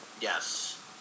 Yes